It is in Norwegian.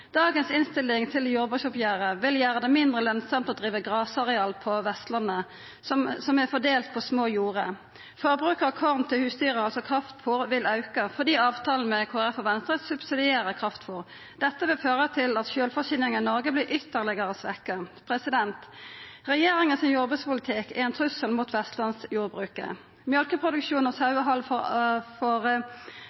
Dagens innstilling til jordbruksoppgjeret vil gjera det mindre lønsamt å driva grasareal på Vestlandet, som er fordelt på små jorde. Forbruket av korn til husdyra, altså kraftfôr, vil auka, fordi avtalen med Kristeleg Folkeparti og Venstre subsidierer kraftfôr. Dette vil føra til at sjølvforsyninga i Noreg vert ytterlegare svekt. Regjeringa sin jordbrukspolitikk er ein trussel mot vestlandsjordbruket. Mjølkeproduksjon og